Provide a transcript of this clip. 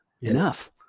enough